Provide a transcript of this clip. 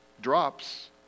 drops